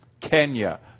Kenya